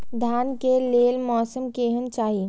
धान के लेल मौसम केहन चाहि?